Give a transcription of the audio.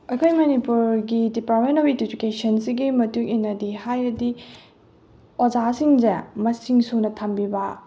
ꯑꯩꯈꯣꯏ ꯃꯅꯤꯄꯨꯔꯒꯤ department of ꯏꯗꯨꯀꯦꯁꯟꯁꯤꯒꯤ ꯃꯇꯨꯡ ꯏꯟꯅꯗꯤ ꯍꯥꯏꯔꯗꯤ ꯑꯣꯖꯥꯁꯤꯡꯁꯦ ꯃꯁꯤꯡ ꯁꯨꯅ ꯊꯝꯕꯤꯕ